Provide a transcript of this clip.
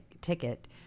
ticket